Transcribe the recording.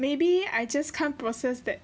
maybe I just can't process that